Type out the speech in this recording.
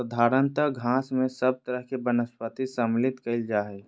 साधारणतय घास में सब तरह के वनस्पति सम्मिलित कइल जा हइ